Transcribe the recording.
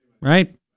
Right